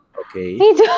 okay